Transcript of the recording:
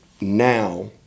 now